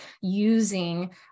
using